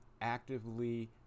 actively